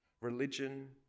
Religion